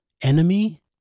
enemy